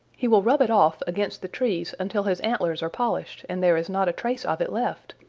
he will rub it off against the trees until his antlers are polished, and there is not a trace of it left.